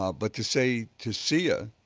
ah but to say to see ah